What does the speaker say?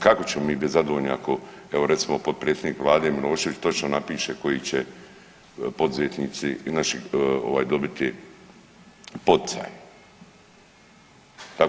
Kako ćemo mi biti zadovoljni ako evo recimo potpredsjednik Vlade Milošević točno napiše koji će poduzetnici naši dobiti poticaje.